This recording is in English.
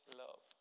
love